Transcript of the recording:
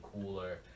cooler